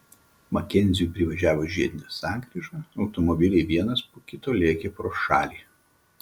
makenziui privažiavus žiedinę sankryžą automobiliai vienas po kito lėkė pro šalį